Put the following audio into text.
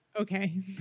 Okay